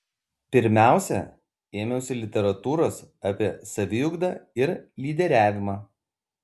pirmiausia ėmiausi literatūros apie saviugdą ir lyderiavimą